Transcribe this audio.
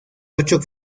ocho